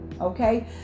Okay